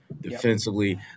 defensively